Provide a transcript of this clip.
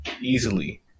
Easily